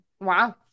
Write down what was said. Wow